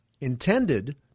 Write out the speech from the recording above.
intended